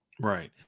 Right